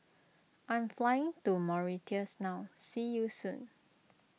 I am flying to Mauritius now see you soon